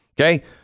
Okay